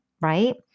right